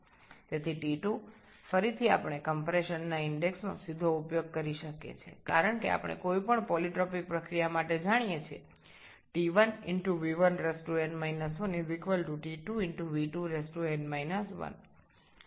সুতরাং T2 কে আবার আমরা সংকোচনের সূচকটি ব্যবহার করে সরাসরি নির্ণয় করতে পারি কারণ আমরা যে কোনও পলিট্রোপিক প্রক্রিয়ার সূত্র জানি 𝑇1𝑣1𝑛−1 𝑇2𝑣2𝑛−1 আমরা সাধারণত এটা পাই T2 565 K এই বিশেষ ক্ষেত্রে